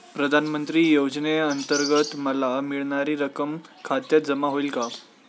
प्रधानमंत्री योजनेअंतर्गत मला मिळणारी रक्कम खात्यात जमा होईल का?